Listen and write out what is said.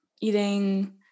eating